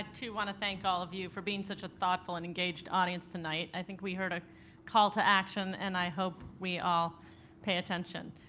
want to thank all of you for being such a thoughtful and engaged audience tonight. i think we heard a call to action. and i hope we all pay attention.